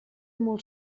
molt